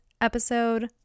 episode